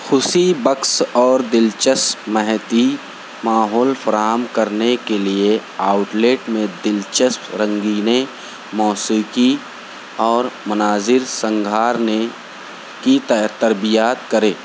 خوشی بخش اور دلچسپ مہتی ماحول فراہم کرنے کے لئے آؤٹلیٹ میں دلچسپ رنگینیں موسیقی اور مناظر سنگھارنے کی تر تربیات کرے